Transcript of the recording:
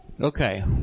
Okay